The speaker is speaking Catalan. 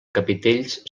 capitells